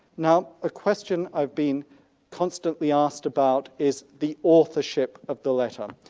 now a question i've been constantly asked about is the authorship of the letter.